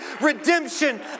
redemption